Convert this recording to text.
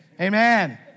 Amen